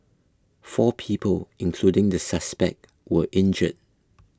four people including the suspect were injured